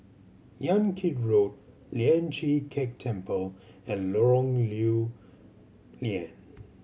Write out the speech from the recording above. Yan Kit Road Lian Chee Kek Temple and Lorong Lew Lian